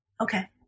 Okay